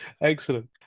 Excellent